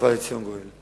ובא לציון גואל.